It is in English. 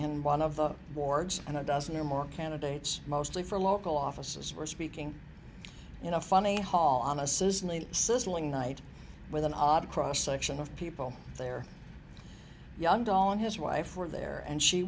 and one of the wards and a dozen or more candidates mostly for local offices were speaking in a funny hall on a says sizzling night with an odd cross section of people there young don his wife were there and she